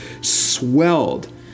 swelled